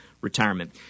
retirement